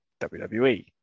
WWE